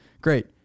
Great